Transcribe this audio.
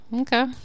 Okay